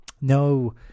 No